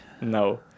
No